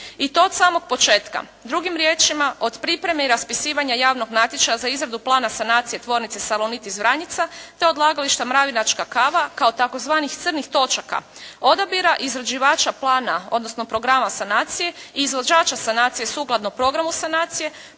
i to od samog početka. Drugim riječima od pripreme i raspisivanja javnog natječaja za izradu plana sanacije tvornice "Salonit" iz Vranjica te odlagališta Mravinačka kava kao tzv. crnih točaka, odabira izrađivača plana, odnosno programa sanacije i izvođača sanacije sukladno programu sanacije,